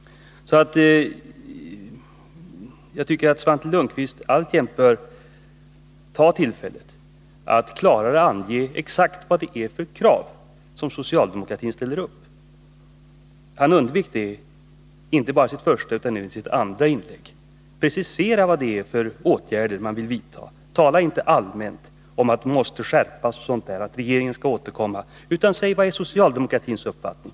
Jag tycker att Svante Lundkvist bör begagna tillfället att klarare ange exakt vad det är för krav som socialdemokratin ställer upp. Han undvek det inte bara i sitt huvudanförande utan också i sitt andra inlägg. Precisera vad det är för åtgärder som socialdemokraterna vill vidta! Tala inte bara allmänt om att kraven måste skärpas, att regeringen måste återkomma, utan redogör för socialdemokratins uppfattning!